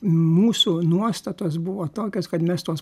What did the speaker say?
mūsų nuostatos buvo tokios kad mes tuos